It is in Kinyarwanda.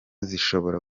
zishobora